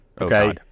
okay